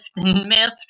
miffed